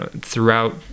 throughout